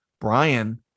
Brian